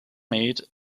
made